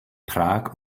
prag